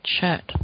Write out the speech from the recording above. Chat